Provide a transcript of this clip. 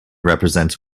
represents